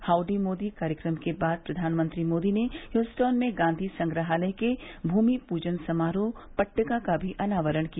howdy Modi कार्यक्रम के बाद प्रधानमंत्री मोदी ने ह्यूस्टन में गांधी संग्रहालय के भूमि पूजन समारोह पटिटका का भी अनावरण किया